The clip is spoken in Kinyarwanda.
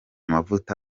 mavuta